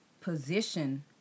position